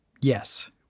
Yes